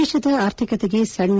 ದೇಶದ ಆರ್ಥಿಕತೆಗೆ ಸಣ್ಣ